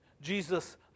Jesus